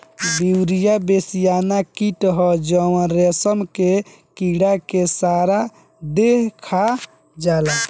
Beauveria bassiana कीट ह जवन रेशम के कीड़ा के सारा देह खा जाला